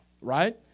Right